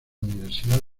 universidad